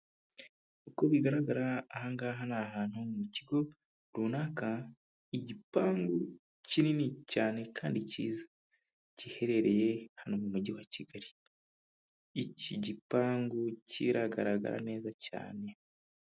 Uko bigaragara ahangaha ni ahantu mu kigo runaka igipangu kinini cyane kandi kiza giherereye hano mu mujyi wa Kigali, iki gipangu kiragaragara neza cyane.